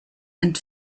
and